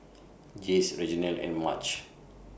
Jase Reginald and Marge